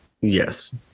Yes